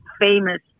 famous